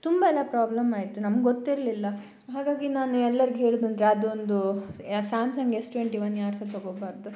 ತುಂಬ ಎಲ್ಲ ಪ್ರಾಬ್ಲಮ್ ಆಯಿತು ನಂಗೊತ್ತಿರ್ಲಿಲ್ಲ ಹಾಗಾಗಿ ನಾನು ಎಲ್ಲರಿಗೂ ಹೇಳುವುದಂದ್ರೆ ಅದೊಂದು ಸ್ಯಾಮ್ಸಂಗ್ ಎಸ್ ಟ್ವೆಂಟಿ ಒನ್ ಯಾರು ಸಹ ತಗೋಬಾರ್ದು